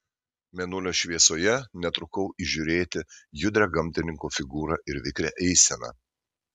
mėnulio šviesoje netrukau įžiūrėti judrią gamtininko figūrą ir vikrią eiseną